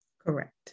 Correct